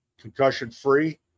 concussion-free